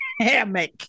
hammock